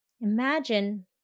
Imagine